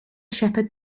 shepherd